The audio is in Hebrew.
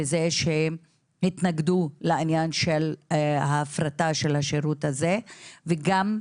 בזה שהם התנגדו לעניין של ההפרטה של השירות הזה וגם,